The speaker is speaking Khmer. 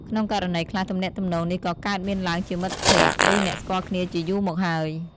ក្នុងករណីខ្លះ ទំនាក់ទំនងនេះក៏កើតមានឡើងជាមិត្តភក្តិ ឬអ្នកស្គាល់គ្នាជាយូរមកហើយ។